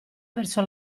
verso